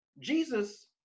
jesus